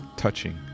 touching